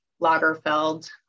Lagerfeld